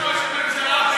ראש הממשלה,